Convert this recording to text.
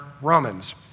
Romans